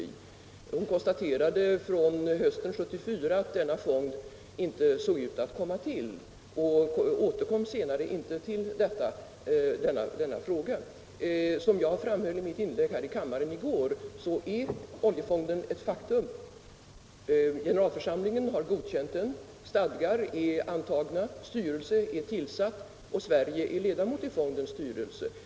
Fru Fredgardh konstaterade med utgångspunkt i hösten 1974 att denna fond inte såg ut att komma till, och hon återvände sedan inte till den frågan. Som jag framhöll i mitt inlägg i kammaren i går är emellertid oljefonden ett faktum. Generalförsamlingen har godkänt den, stadgar är antagna, styrelse är utsedd och Sverige är ledamot i fondens styrelse.